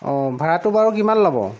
ভাড়াটো বাৰু কিমান ল'ব